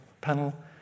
panel